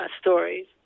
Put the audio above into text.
stories